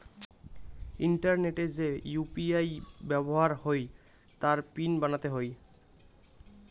ইন্টারনেটে যে ইউ.পি.আই ব্যাবহার হই তার পিন বানাতে হই